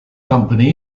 company